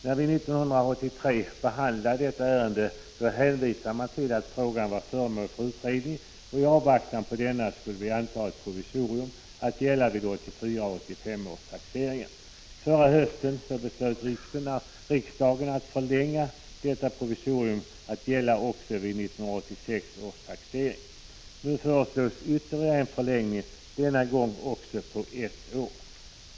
När vi 1983 behandlade ärendet hänvisade man till att frågan var föremål för utredning, och i avvaktan på utredningens betänkande skulle vi anta ett förslag till provisorium, att gälla vid 1984 och 1985 års taxeringar. Förra året beslöt riksdagen att förlänga detta provisorium, så att det skulle gälla också vid 1986 års taxering. Nu föreslås ytterligare en förlängning, även denna gång med ett år.